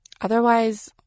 Otherwise